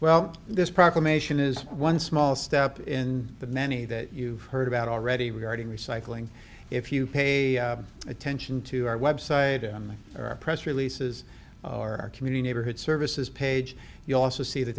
well this proclamation is one small step in the many that you've heard about already regarding recycling if you pay attention to our website or our press releases or our community or had services page you also see that